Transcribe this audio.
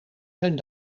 zijn